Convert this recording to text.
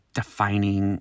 defining